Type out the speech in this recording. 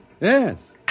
Yes